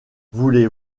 voulez